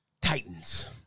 Titans